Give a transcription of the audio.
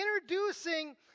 introducing